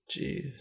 Jeez